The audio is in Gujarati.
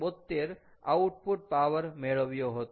72 આઉટપુટ પાવર મેળવ્યો હતો